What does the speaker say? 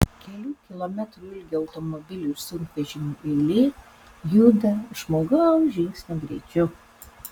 kelių kilometrų ilgio automobilių ir sunkvežimių eilė juda žmogaus žingsnio greičiu